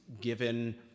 given